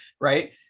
Right